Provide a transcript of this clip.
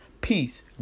peace